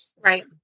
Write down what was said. right